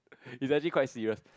it's actually quite serious